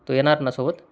तू येणार ना सोबत